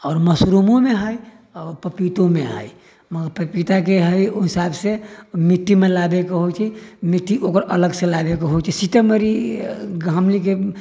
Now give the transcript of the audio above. आओर मशरूमो मे है पपीतो मे है मगर पपीता के है ओहि हिसाब से मिट्टी मे लागै के होइ छै मिट्टी ओकर अलग से लाबै के होइ छै सीतामढ़ी गमली के